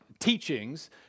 teachings